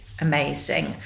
amazing